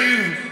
ישראלים.